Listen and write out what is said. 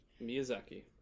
Miyazaki